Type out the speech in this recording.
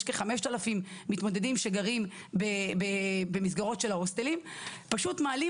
יש כ-5,000 מתמודדים שגרים במסגרות של ההוסטלים ופשוט מעלים